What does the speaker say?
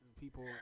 people